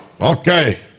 Okay